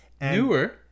Newer